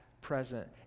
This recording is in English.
present